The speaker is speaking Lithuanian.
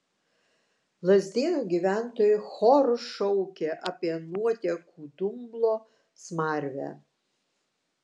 lazdynų gyventojai choru šaukė apie nuotekų dumblo smarvę